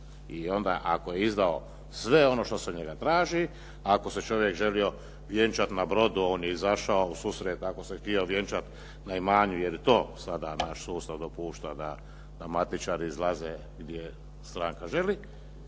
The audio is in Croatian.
I onda ako je izdao sve ono što se od njega traži, ako se čovjek želio vjenčati na brodu on je izašao u susret, ako se htio vjenčati na imanju jer to sada naš sustav dopušta da matičari izlaze gdje stranka želi